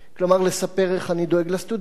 כלומר, לספר איך אני דואג לסטודנטים,